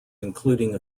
including